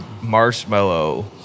marshmallow